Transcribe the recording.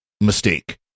mistake